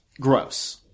gross